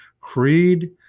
creed